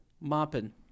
Mopping